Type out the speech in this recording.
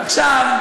עכשיו,